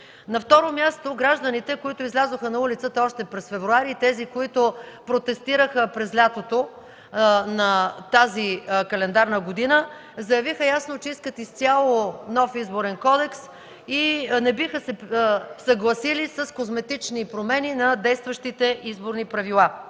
На второ място, гражданите, които излязоха на улицата още през февруари, и тези, които протестираха през лятото на 2013 календарна година, заявиха ясно, че искат изцяло нов Изборен кодекс и не биха се съгласили с козметични промени на действащите изборни правила.